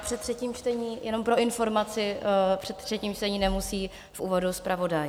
Před třetím čtení, jenom pro informaci, před třetím čtením nemusí v úvodu zpravodaj.